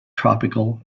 tropical